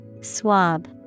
Swab